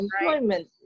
employment